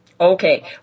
Okay